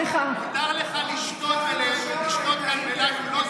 מותר לך לשתות כאן ולנו לא?